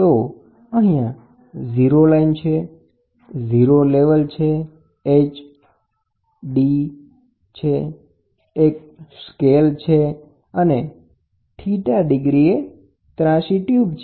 તો અહીંયા 0 લાઈન છે આને 0 લેવલ કહે છે hd એ અહીં સ્કેલ છે અને અહીં એક વળાંક છે અને આ ખૂણો θ છે